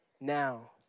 now